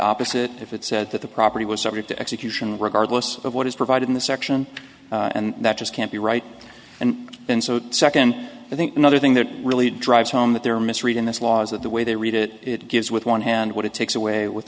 opposite if it said that the property was subject to execution regardless of what is provided in the section and that just can't be right and then so second i think another thing that really drives home that there are misreading this law is that the way they read it it gives with one hand what it takes away with